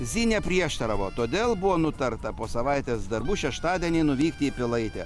zy neprieštaravo todėl buvo nutarta po savaitės darbų šeštadienį nuvykti į pilaitę